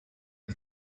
you